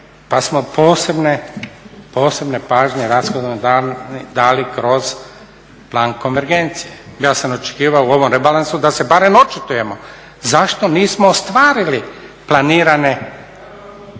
pa smo posebne pažnje rashodovne dali kroz plan konvergencije. Bio sam očekivao u ovom rebalansu da se barem očitujemo zašto nismo ostvarili planirane programe